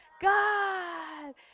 God